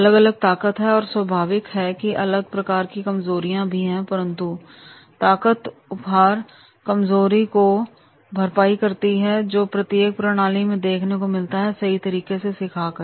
अलग अलग ताकत है और स्वाभाविक है की अलग प्रकार की कमजोरियां भी हैं परंतु ताकत उपहर कमजोरी की भरपाई करती है जो प्रत्येक प्रणाली में देखने को मिलता है सही तरीके से सिखा कर